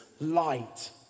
light